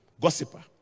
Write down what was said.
gossiper